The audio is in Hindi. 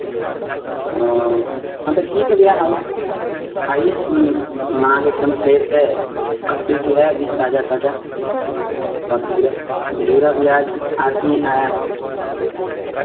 और हाँ तो ठीक है भैया आई आईए माल एकदम फ्रेश है कद्दू भी है अभी ताज़ा ताज़ा और घिउरा घिउरा भी आज आज ही आया है